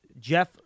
Jeff